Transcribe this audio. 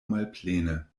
malplene